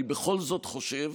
אני בכל זאת חושב